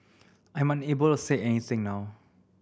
I am unable to say anything now